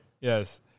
Yes